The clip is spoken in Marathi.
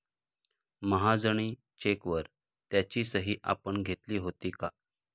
महाजनी चेकवर त्याची सही आपण घेतली होती का?